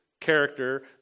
character